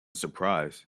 surprise